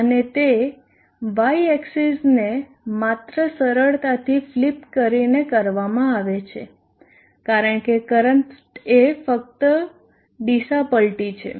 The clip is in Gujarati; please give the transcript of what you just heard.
અને તે y એક્સીસને માત્ર સરળતાથી ફ્લીપ કરીને કરવામાં આવે છે કારણ કે કરંટ એ ફક્ત દિશા પલટી છે